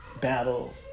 battle